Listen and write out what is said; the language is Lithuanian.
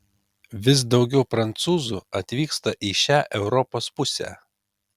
vis daugiau prancūzų atvyksta į šią europos pusę